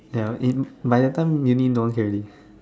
ya when in by the time you already know can already